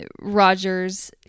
Rogers